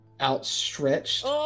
outstretched